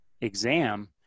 exam